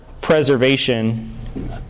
preservation